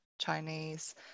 Chinese